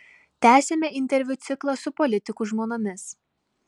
tęsiame interviu ciklą su politikų žmonomis